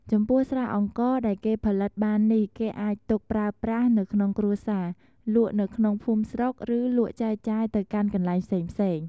ចំពោះស្រាអង្ករដែលគេផលិតបាននេះគេអាចទុកប្រើប្រាស់នៅក្នុងគ្រួសារ លក់នៅក្នុងភូមិស្រុក ឬលក់ចែកចាយទៅកាន់កន្លែងផ្សេងៗ។